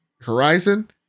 Horizon